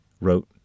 wrote